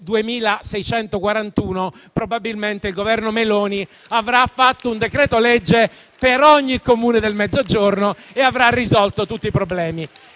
probabilmente il Governo Meloni avrà fatto un decreto-legge per ogni Comune del Mezzogiorno e avrà risolto tutti i problemi.